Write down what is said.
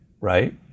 right